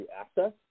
access